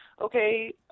okay